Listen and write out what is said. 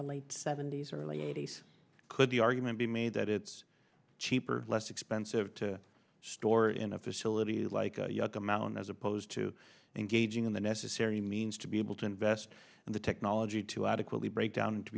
the late seventy's early eighty's could the argument be made that it's cheaper less expensive to store in a facility like amount as opposed to engaging in the necessary means to be able to invest in the technology to adequately break down and to